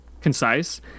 concise